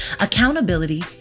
accountability